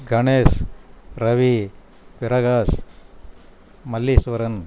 Ganesh Ravi Prakash Malleeswaran